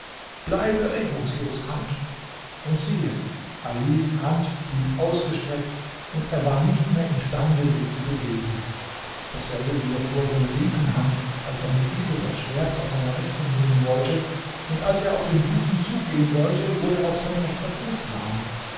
bleibe regungslos hand und siehe alis hand blieb ausgestreckt und er war nicht mehr imstande sie zu bewegen dasselbe widerfuhr seiner linken hand als er mit dieser das schwert aus seiner rechten nehmen wollte und als er auf den juden zugehen wollte wurde auch sein rechter fuß lahm